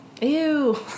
Ew